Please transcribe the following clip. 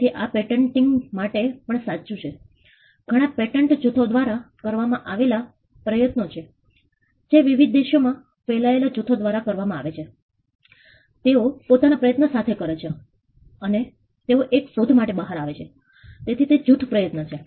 તેથી આ પેટન્ટીન્ગ માટે પણ સાચું છે ઘણા પેટન્ટ જૂથો દ્વારા કરવામાં આવેલા પ્રયત્નો છે જે વિવિધ દેશો માં ફેલાયેલા જૂથો દ્વારા કરવામાં આવે છે તેઓ પોતાનો પ્રયત્ન સાથે કરે છે અને તેઓ એક શોધ સાથે બહાર આવે છે તેથી તે જૂથ પ્રયત્ન છે